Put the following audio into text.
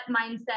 mindset